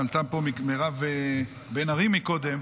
עלתה פה מירב בן ארי קודם,